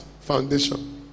foundation